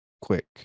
quick